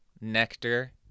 nectar